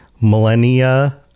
Millennia